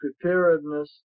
preparedness